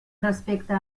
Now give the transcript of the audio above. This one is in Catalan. respecte